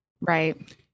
Right